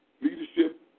leadership